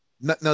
No